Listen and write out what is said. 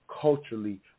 culturally